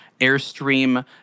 Airstream